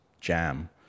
jam